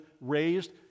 raised